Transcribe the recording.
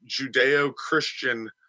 Judeo-Christian